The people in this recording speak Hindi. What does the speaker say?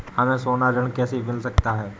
हमें सोना ऋण कैसे मिल सकता है?